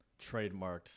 trademarked